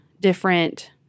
different